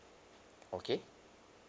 okay